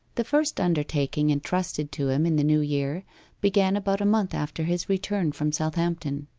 the first undertaking entrusted to him in the new year began about a month after his return from southampton.